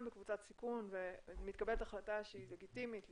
בקבוצת סיכון ומתקבלת החלטה שהיא לגיטימית לסגור,